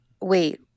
wait